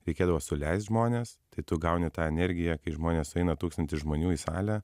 reikėdavo suleist žmones tai tu gauni tą energiją kai žmonės sueina tūkstantis žmonių į salę